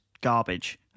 garbage